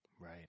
right